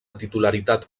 titularitat